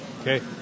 okay